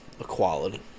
Equality